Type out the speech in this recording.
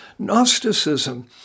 Gnosticism